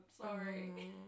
sorry